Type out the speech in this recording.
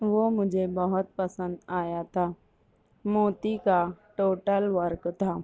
وہ مجھے بہت پسند آیا تھا موتی کا ٹوٹل ورک تھا